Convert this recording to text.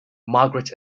margaret